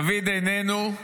דוד איננו,